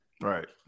right